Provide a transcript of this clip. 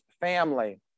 family